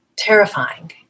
Terrifying